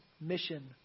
Mission